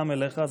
גם אליך.